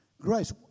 Grace